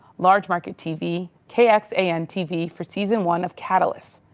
large market tv kxan-tv for season one of catalyst.